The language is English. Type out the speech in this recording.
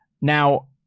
Now